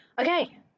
okay